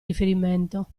riferimento